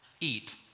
eat